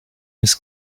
his